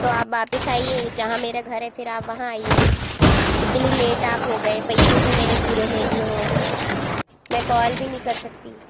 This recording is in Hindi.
तो आप वापस आइए जहाँ मेरा घर है फिर आप वहाँ आइए इतनी लेट आप हो गए पैसे भी मेरे पूरे ले लिए हो मैं कॉल भी नहीं कर सकती